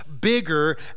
bigger